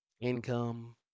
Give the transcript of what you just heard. income